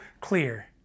clear